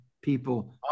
people